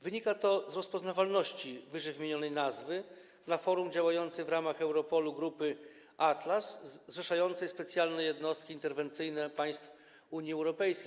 Wynika to z faktu rozpoznawalności ww. nazwy na forum działającej w ramach Europolu grupy Atlas, zrzeszającej specjalne jednostki interwencyjne państw Unii Europejskiej.